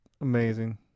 amazing